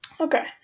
Okay